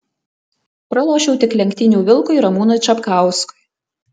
pralošiau tik lenktynių vilkui ramūnui čapkauskui